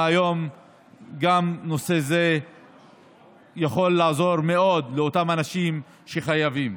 היום גם נושא זה יכול לעזור מאוד לאותם אנשים שחייבים.